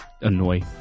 annoy